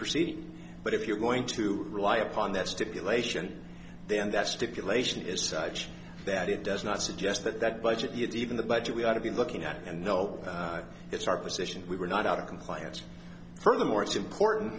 proceeding but if you're going to rely upon that stipulation then that stipulation is such that it does not suggest that that budget even the budget we ought to be looking at and no it's our position we were not out of compliance furthermore it's important